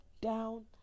down